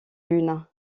lune